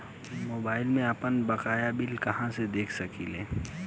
Mobile में आपनबकाया bill कहाँसे देख सकिले?